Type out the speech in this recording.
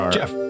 Jeff